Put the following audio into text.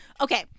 Okay